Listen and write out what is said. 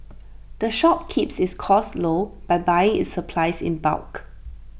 the shop keeps its costs low by buying its supplies in bulk